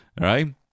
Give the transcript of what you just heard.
Right